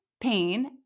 pain